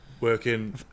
working